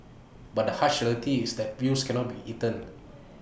but the harsh reality is that views cannot be eaten